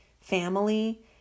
family